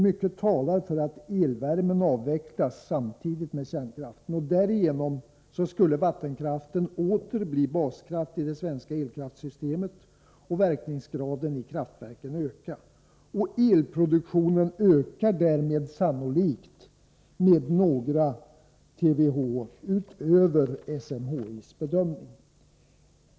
Mycket talar för att elvärmen avvecklas samtidigt med kärnkraften. Därigenom skulle vattenkraften åter bli baskraft i det svenska elkraftssystemet och verkningsgraden i kraftverken öka. Elproduktionen ökar därmed sannolikt med några TWh utöver SMHI:s bedömning.